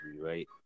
right